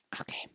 okay